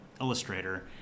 illustrator